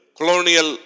Colonial